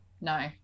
No